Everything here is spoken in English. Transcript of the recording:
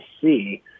see